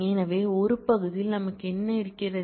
எனவே ஒரு பகுதியில் நமக்கு என்ன இருக்கிறது